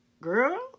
girl